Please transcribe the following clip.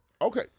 Okay